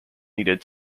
needed